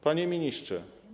Panie Ministrze!